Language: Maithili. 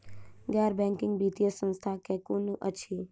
गैर बैंकिंग वित्तीय संस्था केँ कुन अछि?